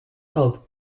health